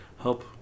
help